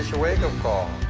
it's your wake-up call.